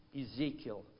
Ezekiel